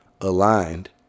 aligned